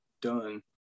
done